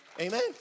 Amen